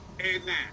Amen